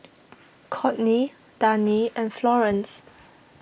Courtney Dani and Florene's